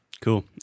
Cool